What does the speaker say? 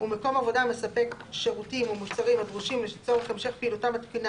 ומקום עבודה המספק שירותים או מוצרים הדרושים לצורך המשך פעילותם התקינה